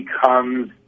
becomes